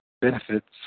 benefits